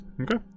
Okay